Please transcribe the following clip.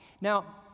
Now